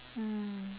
mm